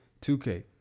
2K